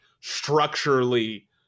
structurally